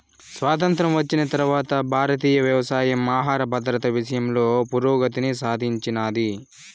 స్వాతంత్ర్యం వచ్చిన తరవాత భారతీయ వ్యవసాయం ఆహర భద్రత విషయంలో పురోగతిని సాధించినాది